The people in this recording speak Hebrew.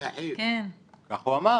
כן, כן, נכון.